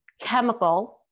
chemical